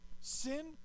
Sin